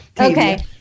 Okay